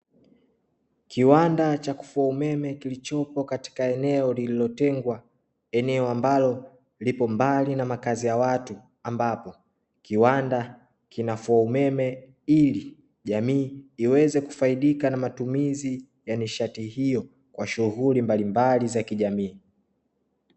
Kiwanda cha kufua umeme kilichopo katika eneo lililotengwa, eneo ambalo lipo mbali na makazi ya watu, ambapo kiwanda kinafua umeme ili jamii iweze kufaidika na matumizi ya nishati hiyo kwa shughuli mbalimbali za kijamii.